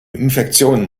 infektionen